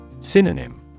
Synonym